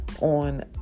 on